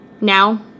Now